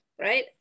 right